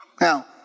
Now